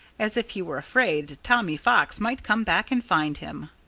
as if he were afraid tommy fox might come back and find him.